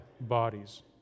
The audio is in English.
bodies